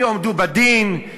הם יועמדו לדין,